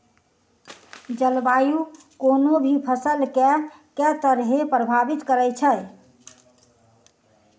जलवायु कोनो भी फसल केँ के तरहे प्रभावित करै छै?